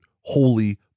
holy